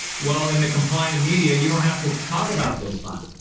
well, in the compliant media, you don't have to talk about those five.